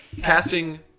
Casting